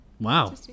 Wow